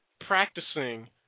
practicing